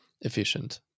efficient